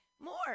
more